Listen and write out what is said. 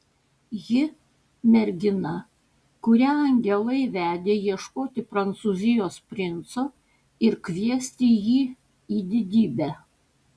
ji mergina kurią angelai vedė ieškoti prancūzijos princo ir kviesti jį į didybę